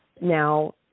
Now